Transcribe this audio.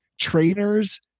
trainers